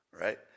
right